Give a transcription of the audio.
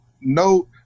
no